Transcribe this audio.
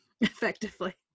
Effectively